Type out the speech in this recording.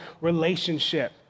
relationship